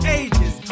ages